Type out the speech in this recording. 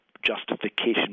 justification